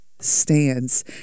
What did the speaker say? stands